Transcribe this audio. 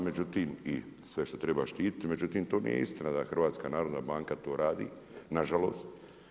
Međutim i sve što treba štititi, međutim to nije istina da HNB to radi na žalost.